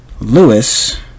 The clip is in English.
Lewis